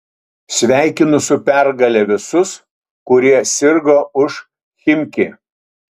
sveikinu su pergale visus kurie sirgo už chimki